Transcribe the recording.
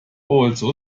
also